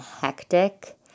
hectic